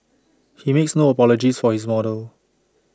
he makes no apologies for his model